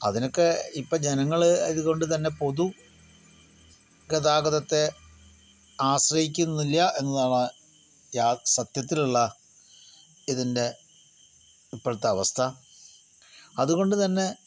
അതിനൊക്കെ ഇപ്പം ജനങ്ങള് ഇതുകൊണ്ട് തന്നെ പൊതു ഗതാഗതത്തെ ആശ്രയിക്കുന്നില്ല എന്നതാണ് യാ സത്യത്തിലുള്ള ഇതിൻ്റെ ഇപ്പോഴത്തെ അവസ്ഥ അതുകൊണ്ട് തന്നെ